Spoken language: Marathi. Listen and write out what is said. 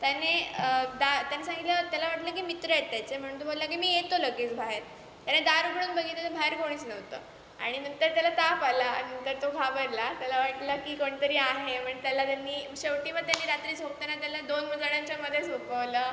त्याने दा त्याने सांगितलं त्याला वाटलं की मित्र आहेत त्याचे म्हणून तो बोलला की मी येतो लगेच बाहेर त्याने दार उघडून बघितलं तर बाहेर कोणीच नव्हतं आणि नंतर त्याला ताप आला आणि नंतर तो घाबरला त्याला वाटलं की कोणीतरी आहे म्हणून त्याला त्यानी शेवटी मग त्यांनी रात्री झोपताना त्याला दोन जणांच्या मध्ये झोपवलं